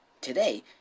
today